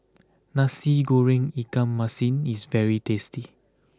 Nasi Goreng Ikan Masin is very tasty